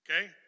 Okay